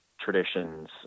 traditions